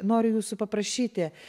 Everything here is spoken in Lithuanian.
noriu jūsų paprašyti